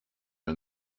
and